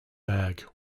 bagh